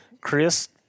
Chris